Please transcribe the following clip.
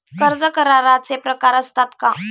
कर्ज कराराचे प्रकार असतात का?